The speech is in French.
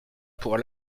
pour